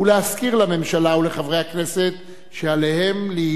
ולהזכיר לממשלה ולחברי הכנסת שעליהם להיות